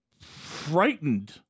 Frightened